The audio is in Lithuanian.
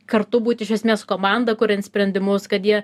kartu būt iš esmės komanda kuriant sprendimus kad jie